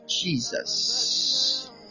Jesus